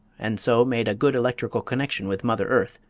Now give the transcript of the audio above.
and so made a good electrical connection with mother earth,